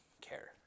care